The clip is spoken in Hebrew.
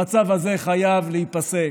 המצב הזה חייב להיפסק.